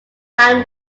fan